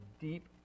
deep